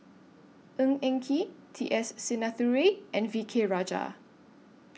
Ng Eng Kee T S Sinnathuray and V K Rajah